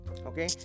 okay